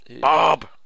Bob